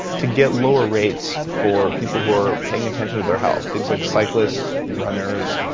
to get lower rates for people who are paying attention to their health, things like cyclers, runners,